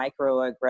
microaggressions